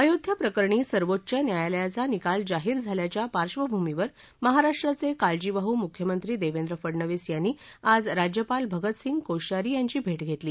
अयोध्या प्रकरणी सर्वोच्च न्यायालयाच्या निकाल जाहीर झाल्याच्या पार्श्वभूमीवर महाराष्ट्राचे काळजीवाहू मुख्यमंत्री देवेंद्र फडणवीस यांनी आज राज्यपाल भगत सिंह कोश्यारी यांची भेट घेतली